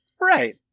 Right